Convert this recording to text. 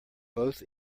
both